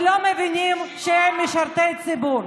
ולא מבינים שהם משרתי ציבור.